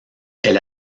elle